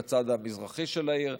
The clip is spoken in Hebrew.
בצד המזרחי של העיר,